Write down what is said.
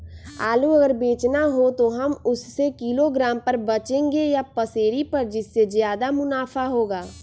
आलू अगर बेचना हो तो हम उससे किलोग्राम पर बचेंगे या पसेरी पर जिससे ज्यादा मुनाफा होगा?